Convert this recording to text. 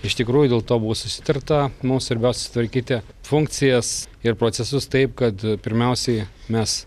iš tikrųjų dėl to buvo susitarta mums svarbiau susitvarkyti funkcijas ir procesus taip kad pirmiausiai mes